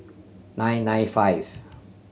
nine nine five